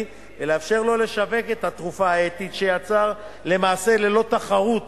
ולאפשר לו לשווק את התרופה האתית שייצר למעשה ללא תחרות